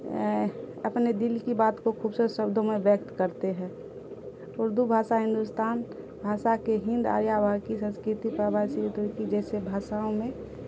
اپنے دل کی بات کو خوبصورت شبدوں میں ویکت کرتے ہے اردو بھاشا ہندوستان بھاشا کے ہند آریا واکی سنسکرتی جیسے بھاشاؤں میں